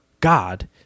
God